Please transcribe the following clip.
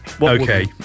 Okay